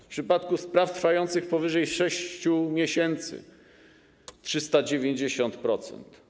W przypadku spraw trwających powyżej 6 miesięcy - o 390%.